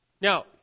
Now